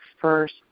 first